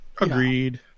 Agreed